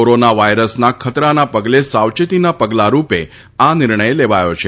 corona વાયરસના ખતરાના પગલે સાવચેતીના પગલાં રૂપે આ નિર્ણય લેવાયો છે